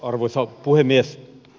arvoisa puhemies